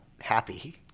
happy